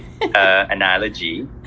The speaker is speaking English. analogy